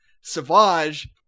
Savage